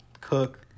cook